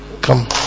Come